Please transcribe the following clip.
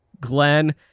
Glenn